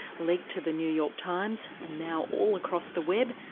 leaked to the new york times and now all across the web,